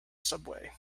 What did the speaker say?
subway